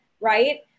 right